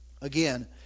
again